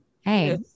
hey